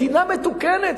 מדינה מתוקנת,